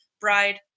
bride